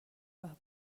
راه